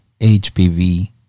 HPV